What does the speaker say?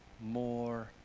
more